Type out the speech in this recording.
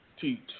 teach